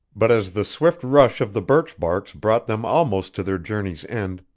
but as the swift rush of the birch-barks brought them almost to their journey's end,